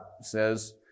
says